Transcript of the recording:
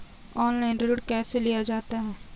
Online ऋण कैसे लिया जाता है?